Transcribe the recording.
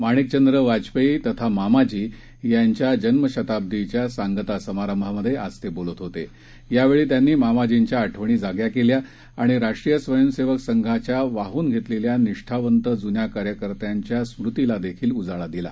माणिकचंद्र वाजपद्धी तथा मामाजी यांच्या जन्मशताब्दीच्या सांगता समारंभात आज तब्रिलत होत प्रावक्री त्यांनी मामाजींच्या आठवणी जाग्या केव्या आणि राष्ट्रीय स्वयंसक्कि संघाच्या वाहून घेत्मिख्या निष्ठावंत जून्या कार्यकर्त्यांच्या स्मृतीला उजाळा दिला